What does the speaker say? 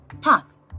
path